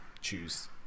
choose